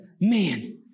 man